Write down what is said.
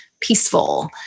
peaceful